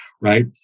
right